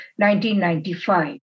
1995